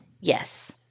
Yes